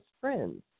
friends